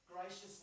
Gracious